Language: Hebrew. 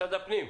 משרד הפנים.